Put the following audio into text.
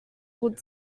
gut